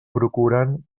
procurant